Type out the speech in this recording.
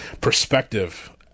perspective